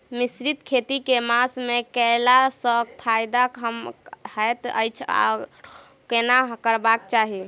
मिश्रित खेती केँ मास मे कैला सँ फायदा हएत अछि आओर केना करबाक चाहि?